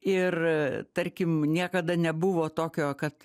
ir tarkim niekada nebuvo tokio kad